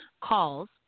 calls